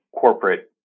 corporate